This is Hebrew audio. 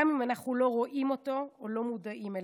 גם אם אנחנו לא רואים אותו או לא מודעים אליו.